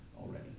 already